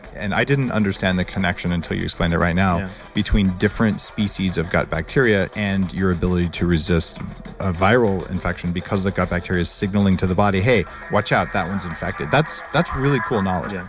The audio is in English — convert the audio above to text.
and i didn't understand the connection until you explained it right now between different species of gut bacteria and your ability to resist a viral infection because the gut bacteria is signaling to the body, hey watch out. that one's infected. that's that's really cool knowledge yeah